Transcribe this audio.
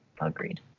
agreed